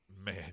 man